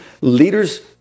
leaders